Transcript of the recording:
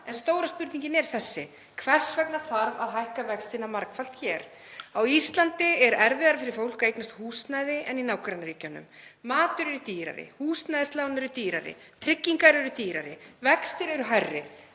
en stóra spurningin er þessi: Hvers vegna þarf að hækka vextina margfalt hér? Á Íslandi er erfiðara fyrir fólk að eignast húsnæði en í nágrannaríkjunum. Matur er dýrari, húsnæðislán eru dýrari, tryggingar eru dýrari, vextir eru hærri.